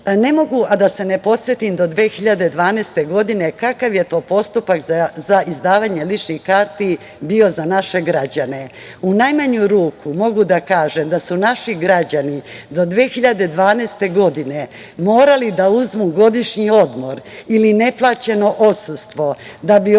mogu a da se ne podsetim do 2012. godine kakav je to postupak za izdavanje ličnih karata bio za naše građane. U najmanju ruku mogu da kažem da su naši građani do 2012. godine morali da uzmu godišnji odmor ili neplaćeno odsustvo da bi odlazili